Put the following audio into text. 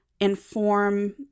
inform